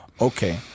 okay